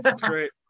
Great